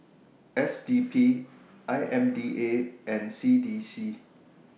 S D P I M D A and C D C